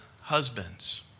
husbands